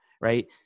right